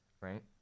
right